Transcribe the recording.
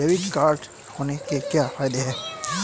Debit card होने के क्या फायदे हैं?